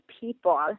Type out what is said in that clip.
people